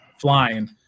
flying